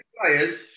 players